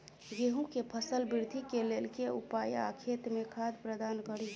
गेंहूँ केँ फसल वृद्धि केँ लेल केँ उपाय आ खेत मे खाद प्रदान कड़ी?